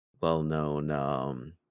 well-known